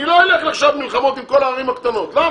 אני לא אלך עכשיו מלחמות עם כל הערים הקטנות, למה?